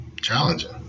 challenging